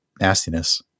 nastiness